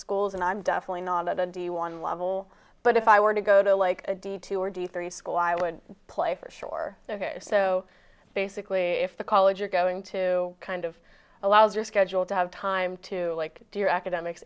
schools and i'm definitely not a d one level but if i were to go to like a d two or d three school i would play for shore so basically if the college you're going to kind of allows your schedule to have time to like do your academics